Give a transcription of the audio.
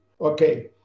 Okay